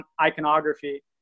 iconography